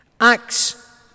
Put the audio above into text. Acts